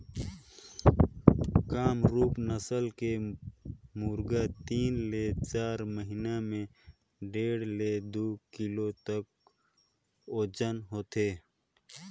कामरूप नसल के मुरगा तीन ले चार महिना में डेढ़ ले दू किलो तक ओजन होथे